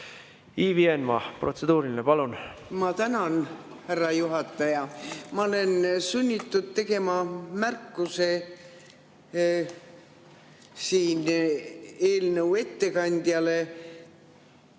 Ivi Eenmaa, protseduuriline, palun! Ma tänan, härra juhataja! Ma olen sunnitud tegema märkuse eelnõu ettekandjale